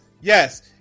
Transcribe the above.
yes